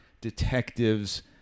detectives